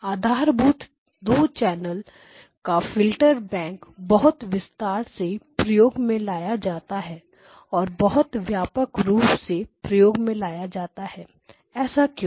आधारभूत 2 चैनल्स का filter bank बहुत विस्तार से प्रयोग में लाया जाता है बहुत व्यापक रूप से प्रयोग में लाया जाता है ऐसा क्यों